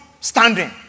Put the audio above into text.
standing